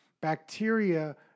bacteria